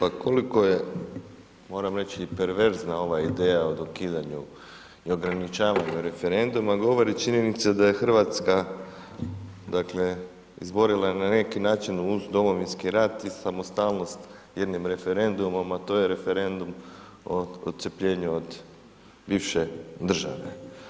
A koliko je, moram reći, perverzna ova ideja o ukidanju i ograničavanju referenduma, govori činjenica da je Hrvatska, dakle, izborila na neki način Domovinski rat i samostalnost jednim referendumom, a to je referendum o odcjepljenju od bivše države.